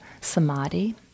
samadhi